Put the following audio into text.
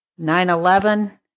9-11